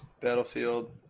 Battlefield